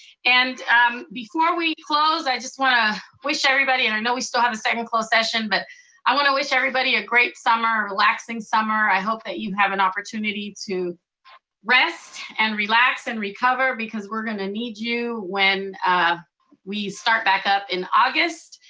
and um before we close, and i just wanna wish everybody, and i know we still have a second closed session, but i wanna wish everybody a great summer, a relaxing summer. i hope that you have an opportunity to rest, and relax, and recover, because we're gonna need you when um we start back up in august.